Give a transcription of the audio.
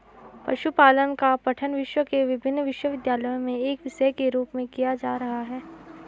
पशुपालन का पठन विश्व के विभिन्न विश्वविद्यालयों में एक विषय के रूप में किया जा रहा है